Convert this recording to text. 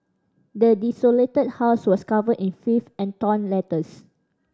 the desolated house was covered in filth and torn letters